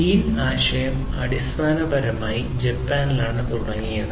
lean ആശയം അടിസ്ഥാനപരമായി ജപ്പാനിലാണ് തുടങ്ങിയത്